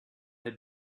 had